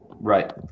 Right